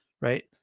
right